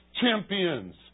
champions